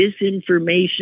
disinformation